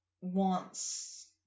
wants